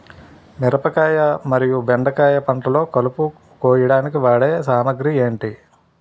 మిరపకాయ మరియు బెండకాయ పంటలో కలుపు కోయడానికి వాడే సామాగ్రి ఏమిటి?